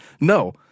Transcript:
No